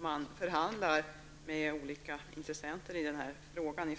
man från departementets sida förhandlar med olika intressenter i den här frågan.